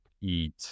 eat